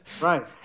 right